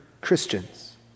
Christians